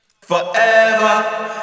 Forever